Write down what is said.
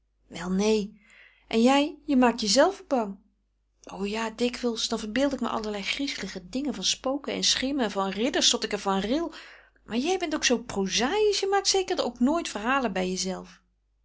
wel neen en jij je maakt jezelve bang o ja dikwijls dan verbeeld ik me allerlei griezelige dingen van spoken en schimmen van ridders tot ik er van ril maar jij bent ook zoo prozaïsch je maakt zeker ook nooit verhalen bij jezelve